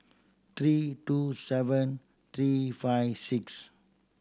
three two seven three five six